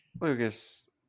Lucas